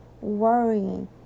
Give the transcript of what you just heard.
worrying